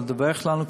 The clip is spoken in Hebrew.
לדווח לנו,